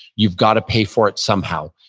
you've got to pay for it somehow.